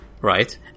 right